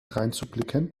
dreinzublicken